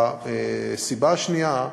הסיבה השנייה היא,